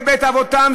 לבית אבותם,